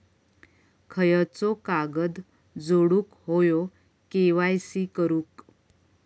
खयचो कागद जोडुक होयो के.वाय.सी करूक?